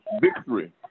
victory